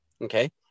Okay